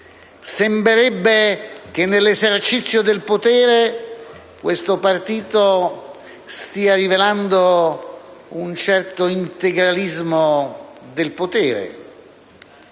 Sembrerebbe che nell'esercizio del potere questo partito stia rivelando un certo integralismo del potere.